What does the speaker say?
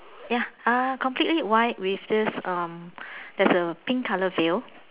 ya uh completely white with this um there's a pink colour veil